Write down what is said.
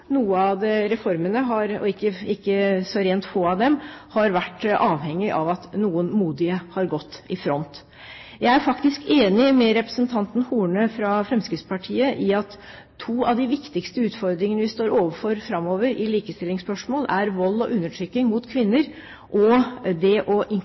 av reformene, og ikke så rent få av dem, har vært avhengig av at noen modige har gått i front. Jeg er faktisk enig med representanten Horne fra Fremskrittspartiet i at to av de viktigste utfordringene vi står overfor framover i likestillingsspørsmål, er undertrykking og vold mot kvinner og det å